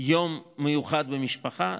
יום מיוחד במשפחה.